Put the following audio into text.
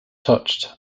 touched